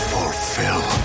Fulfill